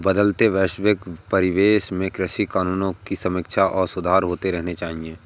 बदलते वैश्विक परिवेश में कृषि कानूनों की समीक्षा और सुधार होते रहने चाहिए